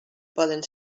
poden